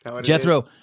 Jethro